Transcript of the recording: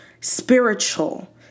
spiritual